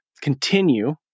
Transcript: continue